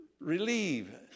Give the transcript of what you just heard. relieve